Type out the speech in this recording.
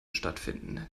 stattfinden